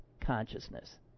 consciousness